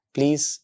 Please